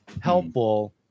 helpful